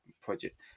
project